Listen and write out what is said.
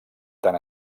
tan